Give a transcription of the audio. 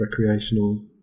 recreational